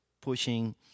pushing